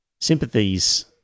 Sympathies